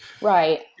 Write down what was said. Right